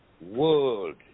world